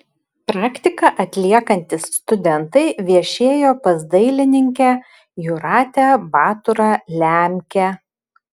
praktiką atliekantys studentai viešėjo pas dailininkę jūratę baturą lemkę